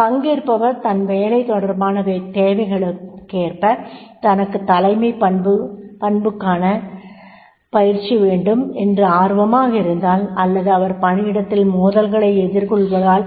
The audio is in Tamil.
பங்கேற்பவர் தன் வேலை தொடர்பான தேவைகளுக்கேற்ப தனக்குத் தலமைப் பண்புக்கான பயிற்சி வேண்டும் என்று ஆர்வமாக இருந்தால் அல்லது அவர் பணியிடத்தில் மோதல்களை எதிர்கொள்வதால்